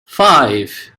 five